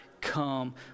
come